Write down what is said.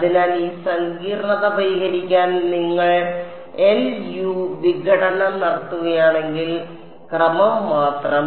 അതിനാൽ ഈ സങ്കീർണ്ണത പരിഹരിക്കാൻ നിങ്ങൾ LU വിഘടനം നടത്തുകയാണെങ്കിൽ ക്രമം മാത്രം